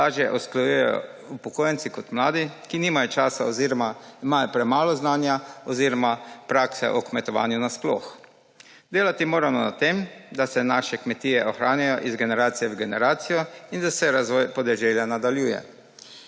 lažje usklajujejo upokojenci kot mladi, ki nimajo časa oziroma imajo premalo znanja oziroma prakse o kmetovanju na sploh. Delati moramo na tem, da se naše kmetije ohranjajo iz generacije v generacijo in da se razvoj podeželja nadaljuje.